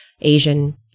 Asian